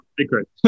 secret